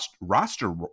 roster